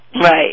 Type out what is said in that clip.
right